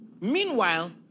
Meanwhile